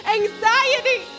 anxiety